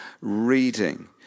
reading